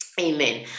Amen